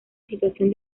situación